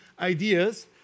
ideas